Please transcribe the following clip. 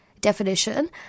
definition